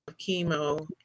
chemo